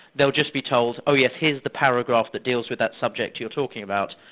they'll just be told, oh yes, here's the paragraph that deals with that subject you're talking about.